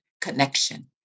connection